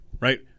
right